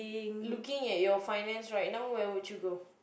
looking at your finance right now where would you go